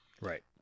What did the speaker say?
Right